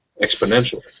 exponentially